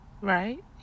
right